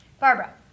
barbara